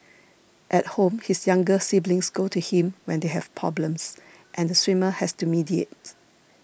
at home his younger siblings go to him when they have problems and the swimmer has to mediate